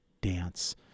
Dance